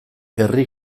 herri